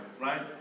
right